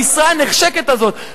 המשרה הנחשקת הזאת,